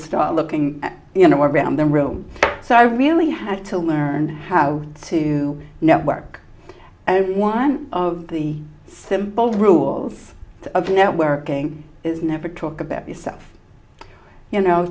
start looking you know around the room so i really had to learn how to network i want the simple rules of networking is never talk about yourself you know